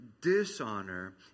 dishonor